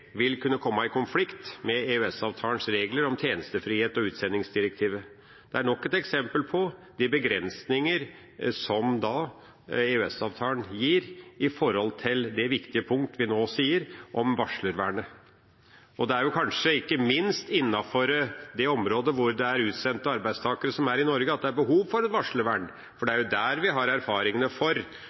er nok et eksempel på de begrensningene som EØS-avtalen gir for det viktige punktet vi nå nevner om varslervernet. Det er kanskje ikke minst innenfor dette området, for utsendte arbeidstakere som er i Norge, at det er behov for et varslervern. Det er jo der vi har erfaring for